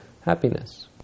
happiness